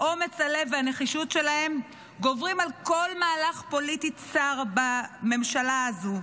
אומץ הלב והנחישות שלהם גוברים על כל מהלך פוליטי צר בממשלה הזו.